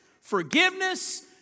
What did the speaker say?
forgiveness